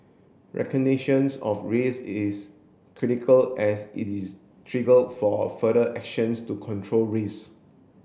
recognitions of risks is critical as it is trigger for further actions to control risk